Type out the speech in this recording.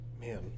man